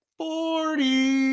forty